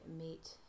meet